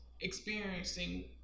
experiencing